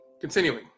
Continuing